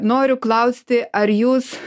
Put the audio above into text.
noriu klausti ar jūs